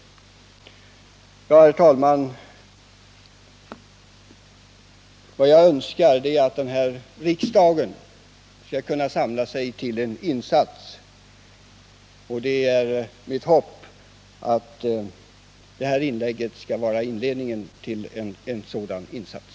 Herr talman! Vad jag önskar är att den här riksdagen skall samla sig till en insats, och det är mitt hopp att det här inlägget skall vara inledningen till en sådan insats.